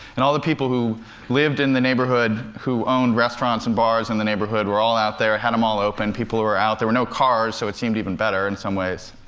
and all the people who lived in the neighborhood, who owned restaurants and bars in the neighborhood, were all out there had them all open. people were out. there were no cars, so it seemed even better, in some ways.